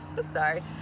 sorry